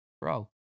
bro